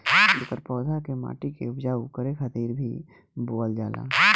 एकर पौधा के माटी के उपजाऊ करे खातिर भी बोअल जाला